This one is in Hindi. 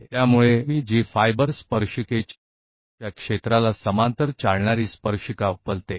तो एमईजी स्पर्शरेखा फाइबर स्पर्शरेखा के क्षेत्र के समानांतर चलने का मतलब है